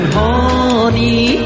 honey